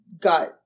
got